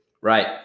right